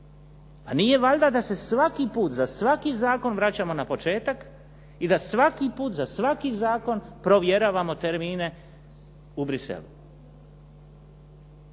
Pa nije valjda da se svaki put za svaki zakon vraćamo na početak i da svaki put za svaki zakon provjeravamo termine u Bruxellesu.